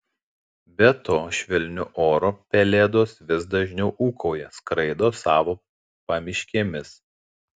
be to švelniu oru pelėdos vis dažniau ūkauja skraido savo pamiškėmis